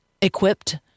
equipped